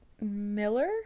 Miller